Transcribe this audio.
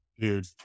Dude